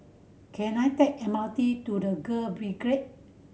can I take M R T to The Girl Brigade